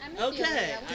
Okay